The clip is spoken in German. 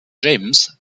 james